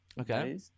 Okay